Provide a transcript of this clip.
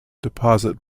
deposit